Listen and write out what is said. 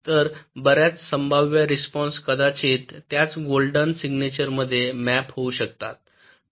तर बर्याच संभाव्य रिस्पॉन्स कदाचित त्याच गोल्डन सिग्नेचरमध्ये मॅप होऊ शकतात